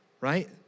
right